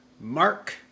mark